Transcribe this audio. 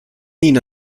ihnen